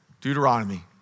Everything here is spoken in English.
Deuteronomy